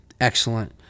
Excellent